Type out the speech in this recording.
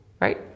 right